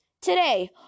Today